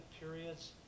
periods